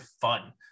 fun